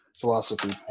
philosophy